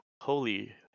holy